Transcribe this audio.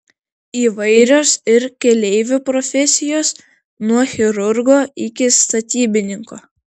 įvairios ir keleivių profesijos nuo chirurgo iki statybininko